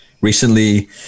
recently